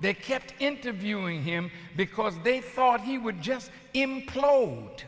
they kept interviewing him because they thought he would just implode